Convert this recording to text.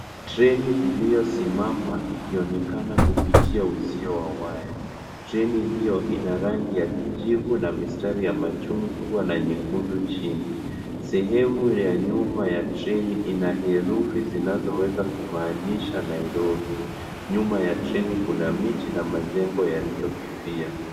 Treni iliyosimama ikionekana kupitia uzio wa waya. Treni hiyo ina rangi ya kijivu na mistari ya machungwa na nyekundu. Sehemu ya nyuma ya treni ina herufi zinazoweza kumaanisha Nairobi. Nyuma ya treni kuna miti na majengo yaliyofifia.